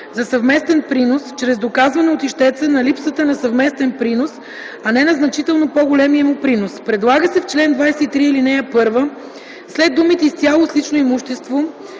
за съвместен принос чрез доказване от ищеца на липсата на съвместен принос, а не на значително по-големия му принос. Предлага се в чл. 23, ал. 1 след думите „изцяло с лично имущество